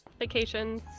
vacations